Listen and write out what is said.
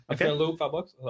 Okay